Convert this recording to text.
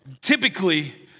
Typically